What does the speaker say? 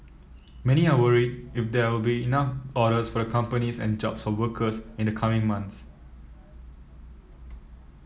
many are worried if there will be enough orders for the companies and jobs for workers in the coming months